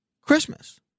Christmas